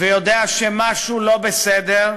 ויודע שמשהו לא בסדר,